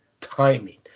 timing